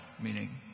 meaning